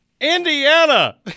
Indiana